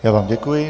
Já vám děkuji.